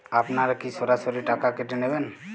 আপনারা কি সরাসরি টাকা কেটে নেবেন?